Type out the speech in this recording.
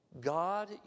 God